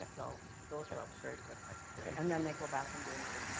ah so those are up very quickly and then they go back and do another